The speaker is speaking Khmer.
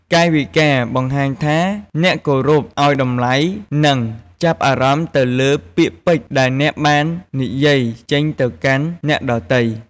កាយវិការ បង្ហាញថាអ្នកគោរព អោយតម្លៃ និងចាប់អារម្មណ៍ទៅលើពាក្យពេចន៍ដែលអ្នកបាននិយាយចេញទៅកាន់អ្នកដទៃ។